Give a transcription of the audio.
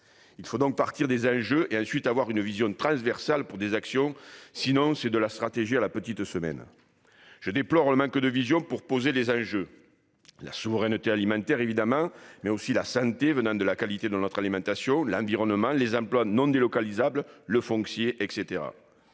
Il faut donc partir des enjeux et ensuite avoir une vision transversale pour les actions ; sinon, c'est de la stratégie à la petite semaine. Je déplore le manque de vision pour poser les enjeux : la souveraineté alimentaire, évidemment, mais aussi la santé que procure la qualité de notre alimentation, l'environnement, les emplois non délocalisables, le foncier, etc.